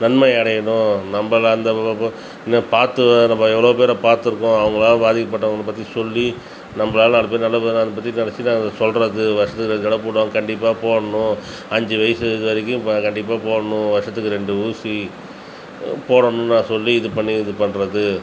நன்மையடையனும் நம்பளை அந்த பார்த்து நம்ப எவ்வளோ பேரை பார்த்துருக்கோம் அவங்களால பாதிக்கப்பட்டவங்களை பற்றி சொல்லி நம்பளால் நாலு பேர் நல்ல பேராக அதை பற்றி சொல்லுறது வருஷத்துக்கு ரெண்டு தட போடுவாங்க கண்டிப்பாக போடணும் அஞ்சு வயசு இதுவரைக்கும் இப்போ கண்டிப்பாக போடணும் வருஷத்துக்கு ரெண்டு ஊசி போடணுன்னு நான் சொல்லி இது பண்ணி இது பண்ணுறது